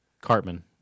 Cartman